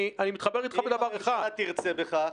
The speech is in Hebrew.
אני מתחבר איתך בדבר אחד --- אם הממשלה תרצה בכך,